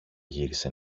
γύρισε